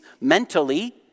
mentally